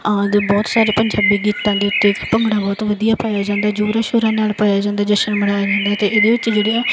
ਆਦਿ ਬਹੁਤ ਸਾਰੇ ਪੰਜਾਬੀ ਗੀਤਾਂ ਦੇ ਉੱਤੇ ਇੱਕ ਭੰਗੜਾ ਬਹੁਤ ਵਧੀਆ ਪਾਇਆ ਜਾਂਦਾ ਜ਼ੋਰਾਂ ਸ਼ੋਰਾਂ ਨਾਲ ਪਾਇਆ ਜਾਂਦਾ ਜਸ਼ਨ ਮਨਾਇਆ ਜਾਂਦਾ ਅਤੇ ਇਹਦੇ ਵਿੱਚ ਜਿਹੜੇ ਆ